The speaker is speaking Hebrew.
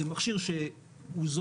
זה מכשיר שהוא זול,